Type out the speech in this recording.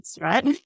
right